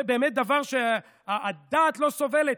זה באמת דבר שהדעת לא סובלת.